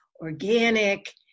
organic